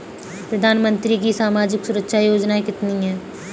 प्रधानमंत्री की सामाजिक सुरक्षा योजनाएँ कितनी हैं?